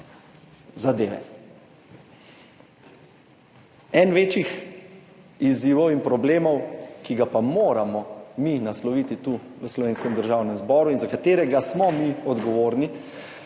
zadeve. Eden večjih izzivov in problemov, ki ga pa moramo mi nasloviti tu v slovenskem Državnem zboru in za katerega smo mi odgovorni